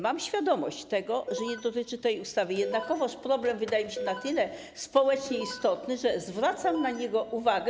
Mam świadomość, że nie dotyczy to tej ustawy, jednak problem wydaje mi się na tyle społecznie istotny, że zwracam na niego uwagę.